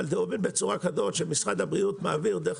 אבל זה עובד בצורה כזו שמשרד הבריאות מעביר דרך